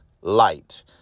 light